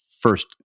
first